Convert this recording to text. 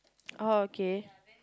orh okay